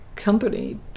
company